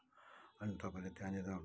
अनि तपाईँले त्यहाँनिर